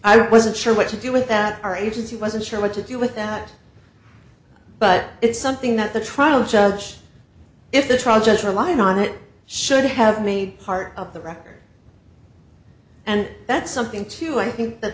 i wasn't sure what to do with that our agency wasn't sure what to do with that but it's something that the trial judge if the trial judge relying on it should have made part of the record and that's something to i think that